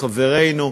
חברינו,